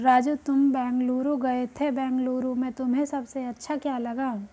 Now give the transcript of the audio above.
राजू तुम बेंगलुरु गए थे बेंगलुरु में तुम्हें सबसे अच्छा क्या लगा?